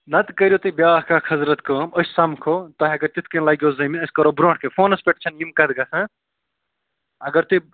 نَتہٕ کٔرِو تُہۍ بیٛاکھ اکھ حَضرت کٲم أسۍ سَمکھو تۄہہِ اگر تِتھکَنۍ لَگوُ زٔمیٖن أسۍ کَرو برونٛٹھ کَنۍ فونَس پٮ۪ٹھ چھَنہٕ یِم کَتھٕ گَژھان اگر تُہۍ